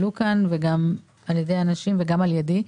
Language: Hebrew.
עלה כאן, גם על ידי אנשים וגם על ידי,